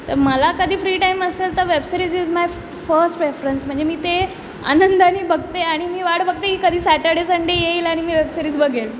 तर मला कधी फ्री टाईम असेल तर web series is my first preference म्हणजे मी ते आनंदानी बघते आणि मी वाट बघते की कधी सॅटर्डे संडे येईल आणि मी वेबसिरीज बघेल